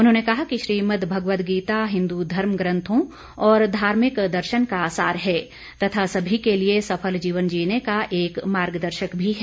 उन्होंने कहा कि श्रीमद् भगवत गीता हिन्दू धर्म ग्रन्थों और धार्मिक दर्शन का सार है तथा सभी के लिए सफल जीवन जीने का एक मार्ग दर्शक भी है